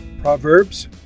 Proverbs